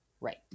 right